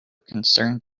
concerned